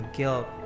guilt